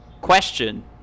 question